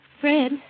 Fred